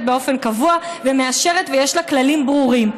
באופן קבוע ומאשרת ויש לה כללים ברורים.